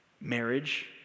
marriage